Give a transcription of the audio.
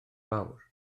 fawr